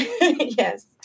Yes